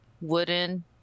wooden